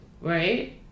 Right